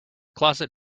closet